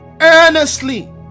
earnestly